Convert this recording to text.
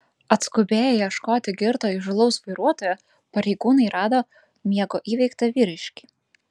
atskubėję ieškoti girto įžūlaus vairuotojo pareigūnai rado miego įveiktą vyriškį